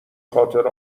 خاطر